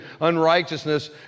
unrighteousness